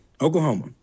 Oklahoma